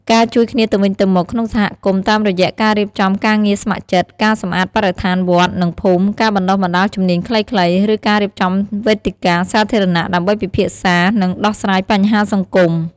ការជួយគ្នាទៅវិញទៅមក ក្នុងសហគមន៍ តាមរយៈការរៀបចំការងារស្ម័គ្រចិត្ត ការសម្អាតបរិស្ថានវត្ត និងភូមិ ការបណ្ដុះបណ្ដាលជំនាញខ្លីៗ ឬការរៀបចំវេទិកាសាធារណៈដើម្បីពិភាក្សា និងដោះស្រាយបញ្ហាសង្គម។